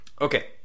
okay